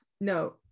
no